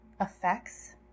effects